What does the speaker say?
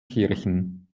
kirchen